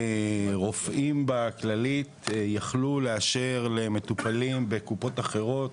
רופאים בכללית יכלו לאשר למטופלים בקופות אחרות,